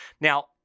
Now